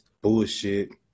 bullshit